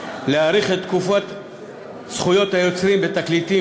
להאריך את תקופת זכויות היוצרים בתקליטים